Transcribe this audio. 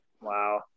Wow